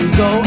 go